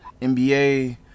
NBA